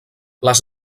les